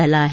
आला आहे